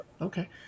okay